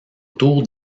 autour